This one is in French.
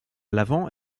l’avant